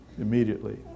immediately